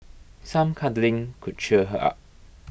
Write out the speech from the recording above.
some cuddling could cheer her up